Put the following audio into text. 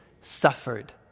suffered